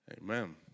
Amen